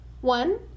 One